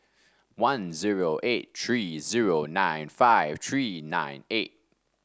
one zero eight three zero nine five three nine eight